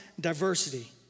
diversity